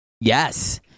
Yes